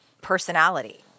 personality